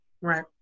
right